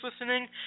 listening